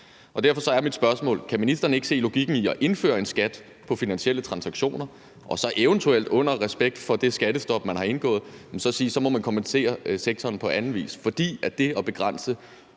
og derfor er mit spørgsmål: Kan ministeren ikke se logikken i at indføre en skat på finansielle transaktioner og så eventuelt med respekt for det skattestop, man har indgået, sige, at så må man kompensere sektoren på anden vis? Det at begrænse